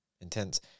intense